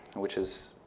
which is